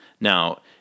Now